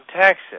Texas